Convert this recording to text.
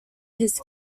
his